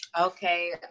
Okay